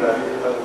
ועדת הפנים.